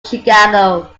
chicago